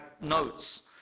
notes